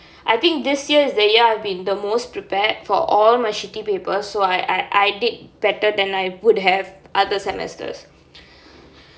I think this year is the year I've been the most prepared for all my shitty papers so I I I did better than I would have other semesters